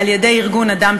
על-ידי ארגון "אדם,